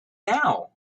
now